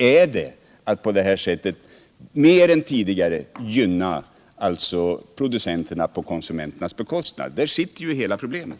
Är det att på detta sätt mer än tidigare gynna pro = Nr 54 ducenterna på konsumenternas bekostnad? :: Fredagen den Där sitter ju hela problemet.